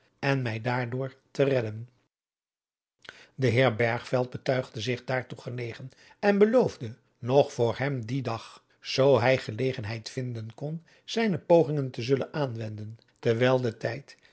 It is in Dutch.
en mij daardoor te redden de heer bergveld betuigde zich daartoe genegen en beloofde nog voor hem dien dag zoo hij gelegenheid vinden kon zijne pogingen te zullen aanwenden dewijl de tijd